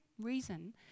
reason